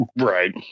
Right